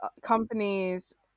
companies